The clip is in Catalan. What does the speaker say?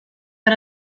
per